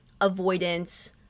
avoidance